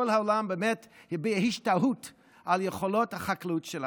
העולם באמת הביע השתאות על יכולות החקלאות שלנו.